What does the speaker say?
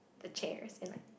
the chairs and like